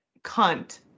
Cunt